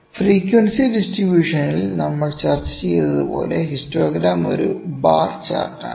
frequency ഡിസ്റ്റിബുഷനിൽ നമ്മൾ ചർച്ച ചെയ്തതു പോലെ ഹിസ്റ്റോഗ്രാം ഒരു ബാർ ചാർട്ട് ആണ്